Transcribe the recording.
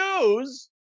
news